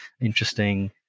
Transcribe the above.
interesting